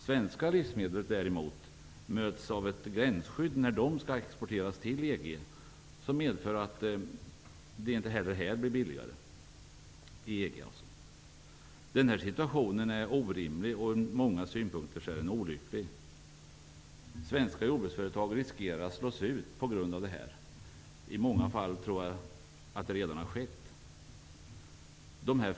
Svenska livsmedel däremot möts av ett gränsskydd när de skall exporteras till EG som medför att de inte heller blir billigare i EG. Situationen är orimlig och ur många synpunkter olycklig. Svenska jordbruksföretag riskerar att slås ut på grund av det här. I många fall tror jag att det redan har skett.